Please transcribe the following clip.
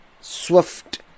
swift